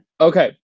okay